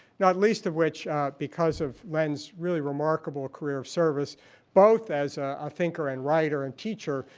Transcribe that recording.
not least of which because of len's really remarkable career of service both as a thinker and writer and teacher,